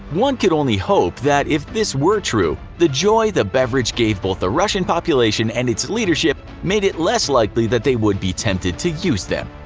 one could only hope that, if this were true, the joy the beverage gave both the russian population and its leadership made it less likely that they would be tempted to use them.